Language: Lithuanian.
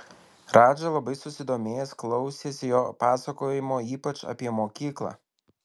radža labai susidomėjęs klausėsi jo pasakojimo ypač apie mokyklą